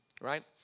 right